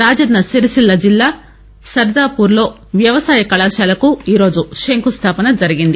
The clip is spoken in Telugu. రాజన్న సిరిసిల్ల జిల్లా సర్దాపూర్లో వ్యవసాయ కళాశాలకు ఈరోజు శంకుస్లాపన జరిగింది